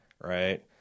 Right